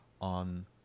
on